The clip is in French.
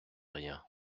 rien